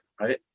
Right